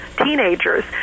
teenagers